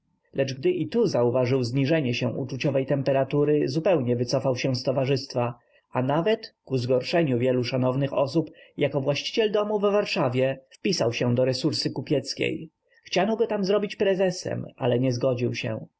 lecz gdy i tu zauważył zniżenie się uczuciowej temperatury zupełnie wycofał się z towarzystwa a nawet ku zgorszeniu wielu szanownych osób jako właściciel domu w warszawie wpisał się do resursy kupieckiej chciano go tam zrobić prezesem ale nie zgodził się